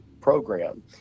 program